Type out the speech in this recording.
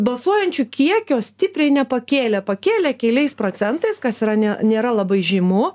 balsuojančių kiekio stipriai nepakėlę pakėlė keliais procentais kas yra ne nėra labai žymu